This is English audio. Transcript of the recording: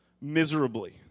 miserably